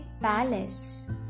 palace